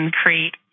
create